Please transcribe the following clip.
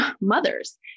mothers